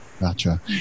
gotcha